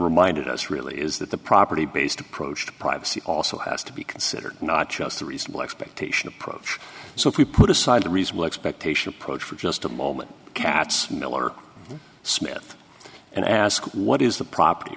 reminded us really is that the property based approach to privacy also has to be considered not just a reasonable expectation approach so if we put aside the reasonable expectation approach for just a moment katz miller smith and ask what is the property